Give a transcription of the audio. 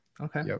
Okay